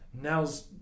Now's